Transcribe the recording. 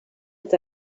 est